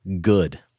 good